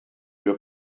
your